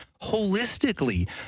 holistically